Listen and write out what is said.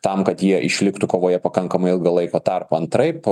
tam kad jie išliktų kovoje pakankamai ilgą laiko tarpą antraip